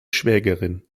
schwägerin